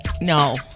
no